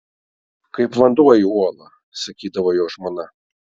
kaip vanduo į uolą sakydavo jo žmona